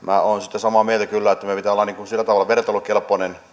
minä olen siitä samaa mieltä kyllä että meidän pitää olla sillä tavalla vertailukelpoinen